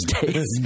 days